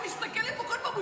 הוא יסתכל לפה כל הזמן,